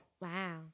Wow